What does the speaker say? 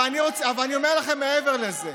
ואני אומר לכם מעבר לזה: